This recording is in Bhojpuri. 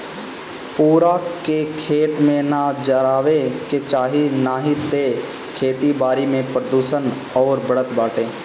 पुअरा के, खेत में ना जरावे के चाही नाही तअ खेती बारी में प्रदुषण अउरी बढ़त बाटे